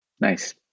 Nice